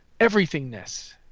everythingness